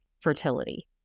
fertility